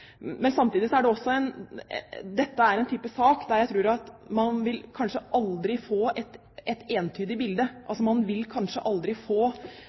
Samtidig er dette en type sak der jeg tror at man kanskje aldri vil få et entydig bilde. Man vil kanskje aldri få